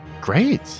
Great